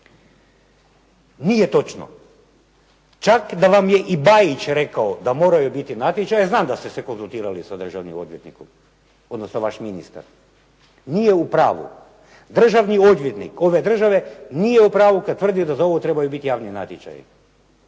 Nije točno. Čak da vam je i Bajić rekao da moraju biti natječaji, znam da ste se konzultirali sa državnim odvjetnikom, odnosno vaš ministar. Nije u pravu. Državni odvjetnik ove države nije u pravu kad tvrdi da za ovo trebaju biti javni natječaji.